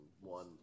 one